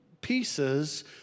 pieces